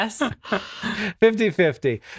50-50